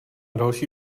další